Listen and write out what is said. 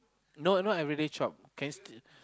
no not everyday chop can still